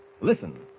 Listen